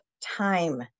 time